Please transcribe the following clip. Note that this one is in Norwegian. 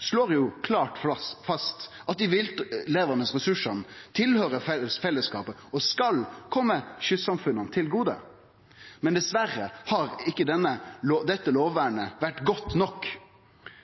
slår jo klart fast at dei viltlevande ressursane høyrer fellesskapet til og skal kome kystsamfunna til gode. Men dessverre har ikkje dette lovvernet vore godt nok.